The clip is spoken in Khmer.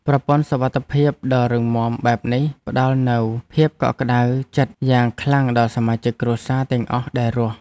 ប្រព័ន្ធសុវត្ថិភាពដ៏រឹងមាំបែបនេះផ្តល់នូវភាពកក់ក្តៅចិត្តយ៉ាងខ្លាំងដល់សមាជិកគ្រួសារទាំងអស់ដែលរស់។